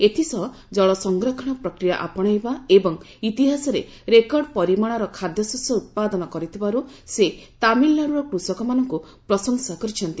ଏଥିସହ ଜଳ ସଂରକ୍ଷଣ ପ୍ରକ୍ରିୟା ଆପଣାଇବା ଏବଂ ଇତିହାସରେ ରେକର୍ଡ଼ ପରିମାଣର ଖାଦ୍ୟଶସ୍ୟ ଉତ୍ପାଦନ କରିଥିବାରୁ ସେ ତାମିଲ୍ନାଡୁର କୃଷକମାନଙ୍କୁ ପ୍ରଶଂସା କରିଛନ୍ତି